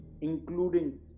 including